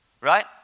right